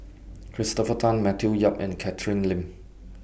Christopher Tan Matthew Yap and Catherine Lim